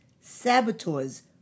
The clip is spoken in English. saboteurs